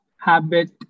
habit